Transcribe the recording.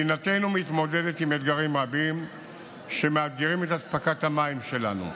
מדינתנו מתמודדת עם אתגרים רבים שמאתגרים את אספקת המים שלנו,